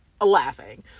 laughing